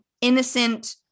innocent